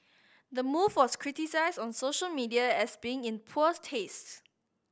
the move was criticised on social media as being in poor tastes